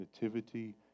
nativity